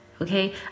Okay